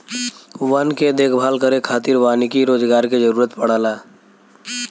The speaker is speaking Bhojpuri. वन के देखभाल करे खातिर वानिकी रोजगार के जरुरत पड़ला